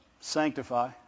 sanctify